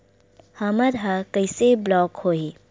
हमर ह कइसे ब्लॉक होही?